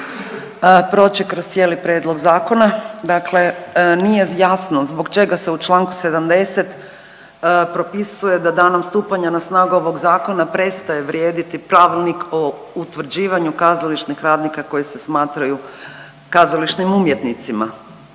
proći kroz cijeli prijedlog zakona. Dakle, nije jasno zbog čega se u Članku 70. propisuje da danom stupanja na snagu ovog zakona prestaje vrijediti Pravilnik o utvrđivanju kazališnih radnika koji se smatraju kazališnim umjetnicima.